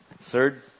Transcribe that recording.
Third